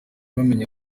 bamenye